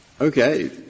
Okay